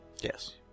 Yes